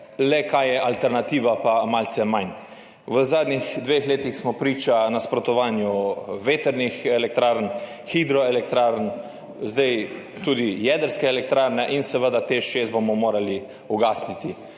le kaj je alternativa, pa malce manj. V zadnjih dveh letih smo priča nasprotovanju vetrnim elektrarnam, hidroelektrarnam, zdaj tudi jedrski elektrarni in pa seveda, TEŠ 6 bomo morali ugasniti.